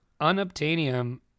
unobtainium